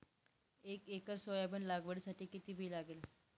एक acre soyabean लागवडीसाठी किती बी लागेल?